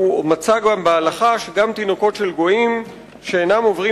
והוא מצא גם בהלכה שגם תינוקות של גויים שאינם עוברים